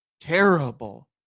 terrible